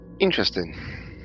Interesting